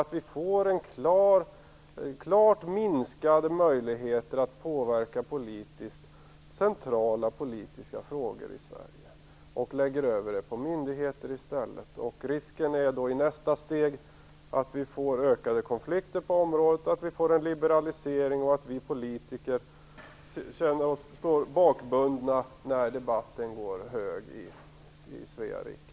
Det innebär att vi får klart minskade möjligheter att påverka centrala politiska frågor i Sverige och att vi lägger över besluten på myndigheter i stället. Risken är att vi i nästa steg får ökade konflikter på området och en liberalisering och att vi politiker känner oss bakbundna när debattens vågor går höga i Svea rike.